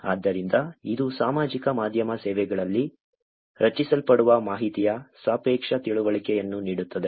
ಆದ್ದರಿಂದ ಇದು ಸಾಮಾಜಿಕ ಮಾಧ್ಯಮ ಸೇವೆಗಳಲ್ಲಿ ರಚಿಸಲ್ಪಡುವ ಮಾಹಿತಿಯ ಸಾಪೇಕ್ಷ ತಿಳುವಳಿಕೆಯನ್ನು ನೀಡುತ್ತದೆ